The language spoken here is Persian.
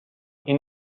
این